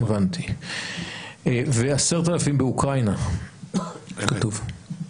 ו-10,000 באוקראינה, כתוב.